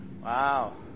Wow